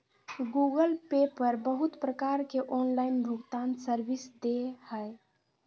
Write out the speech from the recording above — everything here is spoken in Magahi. गूगल पे पर बहुत प्रकार के ऑनलाइन भुगतान सर्विस दे हय